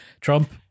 Trump